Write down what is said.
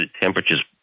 temperatures